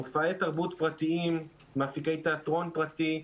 מופעי תרבות פרטיים, מפיקי תיאטרון פרטי,